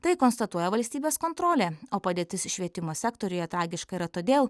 tai konstatuoja valstybės kontrolė o padėtis švietimo sektoriuje tragiška yra todėl